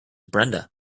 brenda